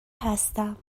هستم